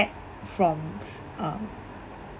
from um